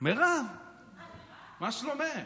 מירב, מה שלומך?